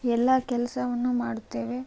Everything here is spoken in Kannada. ಎಲ್ಲ ಕೆಲಸವನ್ನು ಮಾಡುತ್ತೇವೆ